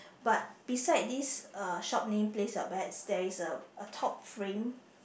but beside this uh shop named place your bets there is a a top frame